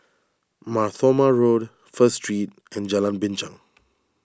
Mar Thoma Road First Street and Jalan Binchang